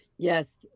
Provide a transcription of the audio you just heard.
Yes